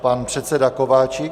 Pan předseda Kováčik.